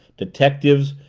detectives,